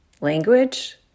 language